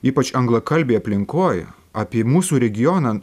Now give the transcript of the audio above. ypač anglakalbėj aplinkoj apie mūsų regioną